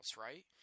right